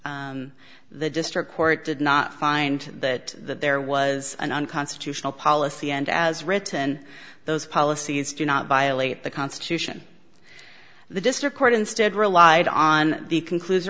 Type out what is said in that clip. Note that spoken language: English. the district court did not find that there was an unconstitutional policy and as written those policies do not violate the constitution the district court instead relied on the conclus